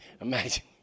Imagine